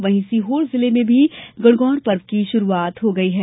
वहीं सीहोर जिले में भी गणगौर पर्व की शुरूआत हो गई है